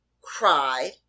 cried